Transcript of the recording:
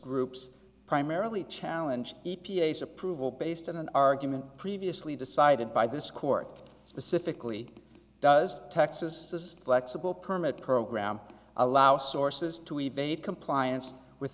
groups primarily challenge e p a s approval based on an argument previously decided by this court specifically does texas is flexible permit program allows sources to evade compliance with